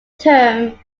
term